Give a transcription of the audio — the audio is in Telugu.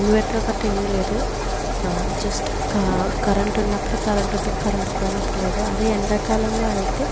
ఇన్వెర్టర్ కట్ట ఏమీ లేదు జస్ట్ క కరెంట్ ఉన్నప్పుడు కరెంటు ఉంటుంది కరెంట్ పోయినప్పుడు లేదు అదే ఎండాకాలంలో అయితే